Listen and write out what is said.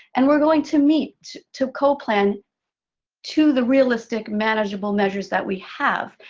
and we're going to meet, to co-plan to the realistic manageable measures that we have.